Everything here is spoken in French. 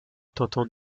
tentant